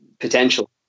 potential